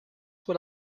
what